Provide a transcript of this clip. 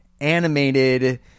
animated